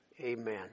amen